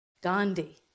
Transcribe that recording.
Gandhi